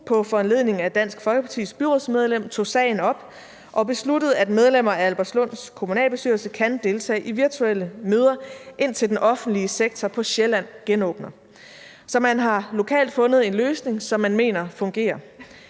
på foranledning af Dansk Folkepartis byrådsmedlem tog sagen op og besluttede, at medlemmer af Albertslunds kommunalbestyrelse kan deltage i virtuelle møder, indtil den offentlige sektor på Sjælland genåbner. Så man har lokalt fundet en løsning, som man mener fungerer.